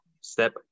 step